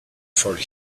for